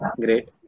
Great